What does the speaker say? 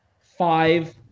five